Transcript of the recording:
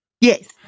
Yes